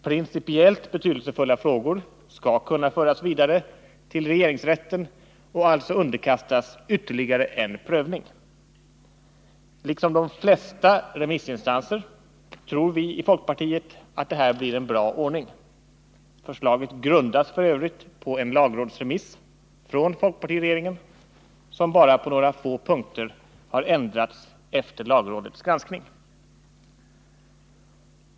Principiellt betydelsefulla frågor skall kunna föras vidare till regeringsrätten och alltså underkastas ytterligare en prövning. 27 Liksom de flesta remissinstanser tror vi i folkpartiet att det här blir en bra ordning. Förslaget grundas f. ö. på en lagrådsremiss från folkpartiregeringen, som bara på några få punkter har ändrats efter lagrådets granskning.